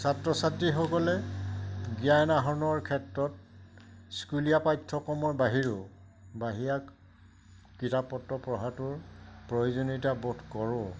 ছাত্ৰ ছাত্ৰীসকলে জ্ঞান আহৰণৰ ক্ষেত্ৰত স্কুলীয়া পাঠ্যক্ৰমৰ বাহিৰেও বাহিৰা কিতাপ পত্ৰ পঢ়াটোৰ প্ৰয়োজনীয়তাবোধ কৰোঁ